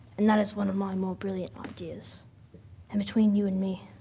and that is one of my more brilliant ideas and between you and me,